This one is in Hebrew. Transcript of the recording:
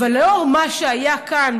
אבל לנוכח מה שהיה כאן,